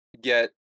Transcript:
get